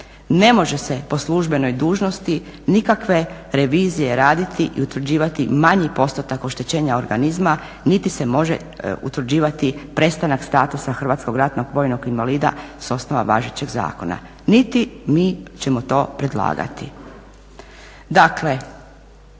Ne može se po službenoj dužnosti nikakve revizije raditi i utvrđivati manji postotak oštećenja organizma, niti se može utvrđivati prestanak statusa hrvatskog ratnog vojnog invalida sa osnova važećeg zakona, niti mi ćemo to predlagati.